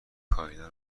کایلا